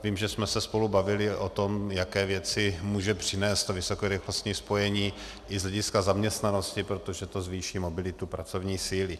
Vím, že jsme se spolu bavili o tom, jaké věci může přinést vysokorychlostní spojení i z hlediska zaměstnanosti, protože to zvýší mobilitu pracovní síly.